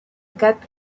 quatre